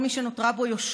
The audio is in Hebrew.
כל מי שנותרה בו יושרה,